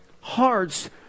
Hearts